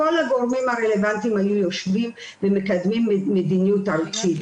הגורמים הרלוונטיים היו יושבים ומקדמים מדיניות ארצית.